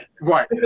Right